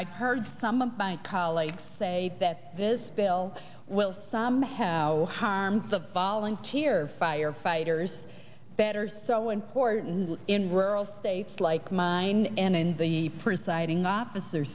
i've heard some of my colleagues say that this bill will somehow harm the volunteer firefighters better so important in rural states like mine and in the presiding officer